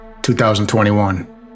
2021